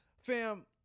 Fam